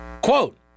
Quote